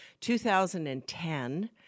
2010